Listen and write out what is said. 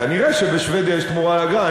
כנראה שבשבדיה יש תמורה לאגרה.